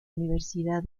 universidad